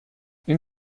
این